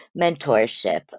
mentorship